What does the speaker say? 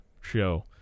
show